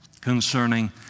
concerning